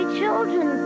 children